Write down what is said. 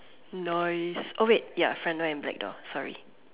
noise oh wait ya front door and back door sorry